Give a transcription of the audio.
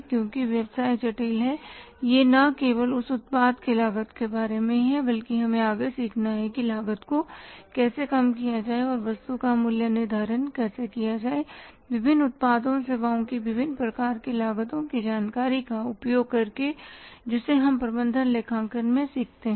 क्योंकि व्यवसाय जटिल है यह न केवल उस उत्पाद की लागत के बारे में है बल्कि हमें आगे सीखना है कि लागत को कैसे कम किया जाए और वस्तु का मूल्य निर्धारण कैसे किया जाए विभिन्न उत्पादों और सेवाओं की विभिन्न प्रकार की लागतों की जानकारी का उपयोग करके जिसे हम प्रबंधन लेखांकन में सीखते हैं